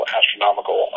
astronomical